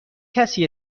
کسی